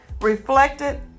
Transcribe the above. reflected